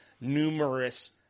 numerous